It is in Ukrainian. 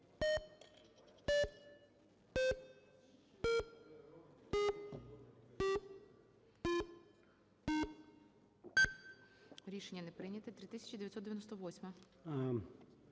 Рішення не прийнято. 3997